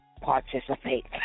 participate